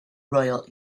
royal